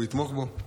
הוא יתמוך בו.